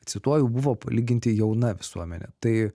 cituoju buvo palyginti jauna visuomenė tai